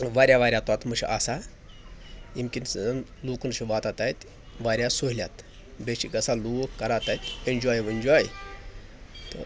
واریاہ واریاہ توٚتمہٕ چھِ آسان ییٚمہِ کِنۍ زَن لوٗکَن چھِ واتان تَتہِ واریاہ سہوٗلیت بیٚیہِ چھِ گژھان لوٗکھ کَران تَتہِ اٮ۪نجاے وٮ۪نجاے تہٕ